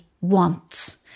wants